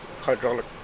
hydraulic